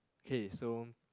K so